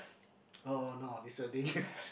oh oh is a teacher